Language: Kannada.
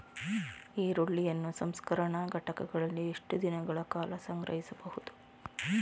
ಈರುಳ್ಳಿಯನ್ನು ಸಂಸ್ಕರಣಾ ಘಟಕಗಳಲ್ಲಿ ಎಷ್ಟು ದಿನಗಳ ಕಾಲ ಸಂಗ್ರಹಿಸಬಹುದು?